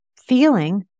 feeling